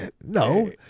No